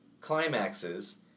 climaxes